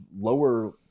lower